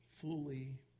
fully